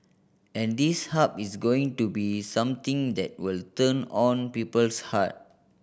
and this Hub is going to be something that will turn on people's heart